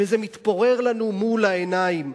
וזה מתפורר לנו מול העיניים.